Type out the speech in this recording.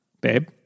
babe